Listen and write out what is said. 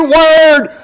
word